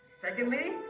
Secondly